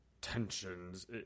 tensions